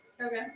Okay